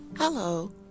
Hello